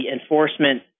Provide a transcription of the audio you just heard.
enforcement